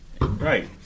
Right